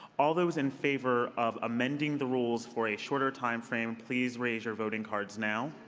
all those in favor of amending the rules for a shorter time frame, please raise your voting cards now.